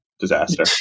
disaster